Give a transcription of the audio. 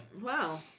Wow